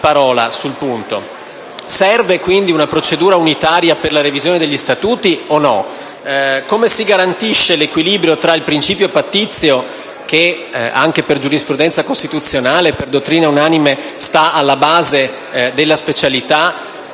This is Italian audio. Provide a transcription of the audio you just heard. Serve quindi una procedura unitaria per la revisione degli statuti o no? Come si garantisce l'equilibrio tra il principio pattizio, da una parte, che anche per giurisprudenza costituzionale e per dottrina unanime, sta alla base della specialità, con il